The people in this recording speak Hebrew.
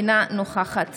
אינה נוכחת